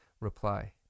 reply